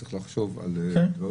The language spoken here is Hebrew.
- צריך לחשוב על כך.